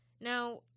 Now